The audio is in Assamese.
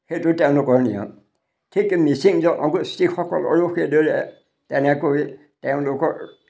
সেইটো তেওঁলোকৰ নিয়ম ঠিক মিচিং জনগোষ্ঠীসকলৰো সেইদৰে তেনেকৈ তেওঁলোকৰ